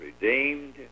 redeemed